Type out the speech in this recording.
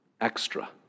extra